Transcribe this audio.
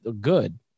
Good